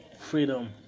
Freedom